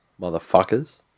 motherfuckers